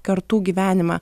kartų gyvenimą